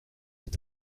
est